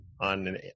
on